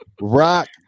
Rock